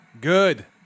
Good